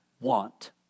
want